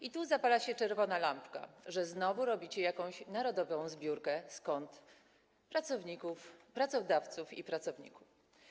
I tu zapala się czerwona lampka, że znowu robicie jakąś narodową zbiórkę z kont pracowników - pracodawców i pracowników.